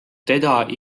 teda